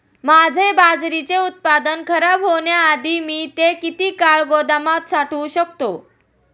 माझे बाजरीचे उत्पादन खराब होण्याआधी मी ते किती काळ गोदामात साठवू शकतो?